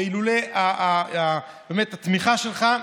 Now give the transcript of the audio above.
ואילולא באמת התמיכה שלך,